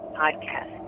Podcast